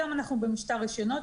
היום אנחנו במשטר רישיונות,